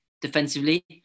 defensively